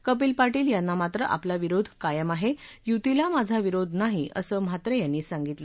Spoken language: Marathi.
कपिल पाटील यांना मात्र आपला विरोध कायम आहे युतीला माझा विरोध नाही असं म्हात्रे यांनी सांगितलं